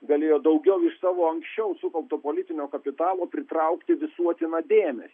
galėjo daugiau iš savo anksčiau sukaupto politinio kapitalo pritraukti visuotiną dėmesį